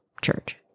church